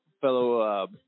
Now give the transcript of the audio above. fellow